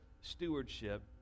stewardship